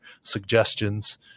suggestions